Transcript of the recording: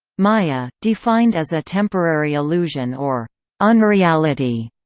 maya, defined as a temporary illusion or unreality,